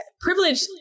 privilege